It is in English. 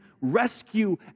rescue